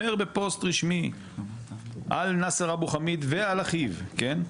אומר בפוסט רשמי אל נאסר אבו חמיד ועל אחיו כן,